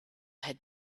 had